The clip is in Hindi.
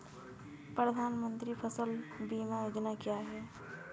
प्रधानमंत्री फसल बीमा योजना क्या है?